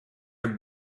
are